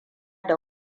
da